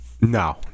no